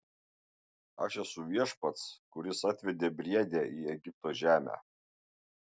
aš esu viešpats kuris atvedė briedę į egipto žemę